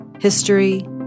history